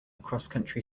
crosscountry